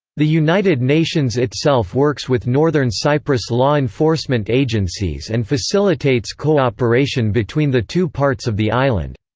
the united nations itself works with northern cyprus law enforcement agencies and facilitates cooperation between the two parts of the island.